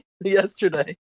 Yesterday